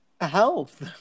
health